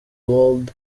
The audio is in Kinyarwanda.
world